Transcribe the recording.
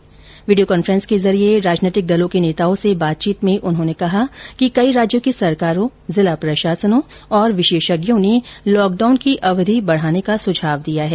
संसद में video conference के जरिये राजनीतिक दलों के नेताओं से बातचीत में उन्होंने कहा कि कई राज्यों की सरकारों जिला प्रशासनों और विशेषज्ञों ने लॉकडाउन की अवधि बढ़ाने का सुझाव दिया है